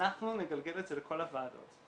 אנחנו נגלגל את זה לכל הוועדות.